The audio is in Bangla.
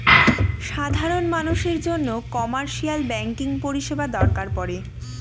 সাধারন মানুষের জন্য কমার্শিয়াল ব্যাঙ্কিং পরিষেবা দরকার পরে